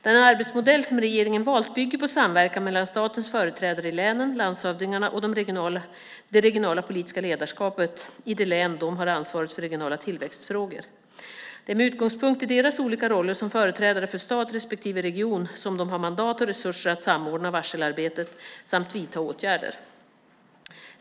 Den arbetsmodell som regeringen valt bygger på samverkan mellan statens företrädare i länen, landshövdingarna, och det regionala politiska ledarskapet i de län där de har ansvaret för regionala tillväxtfrågor. Det är med utgångspunkt i deras olika roller som företrädare för stat respektive region som de har mandat och resurser att samordna varselarbetet samt vidta åtgärder.